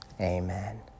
amen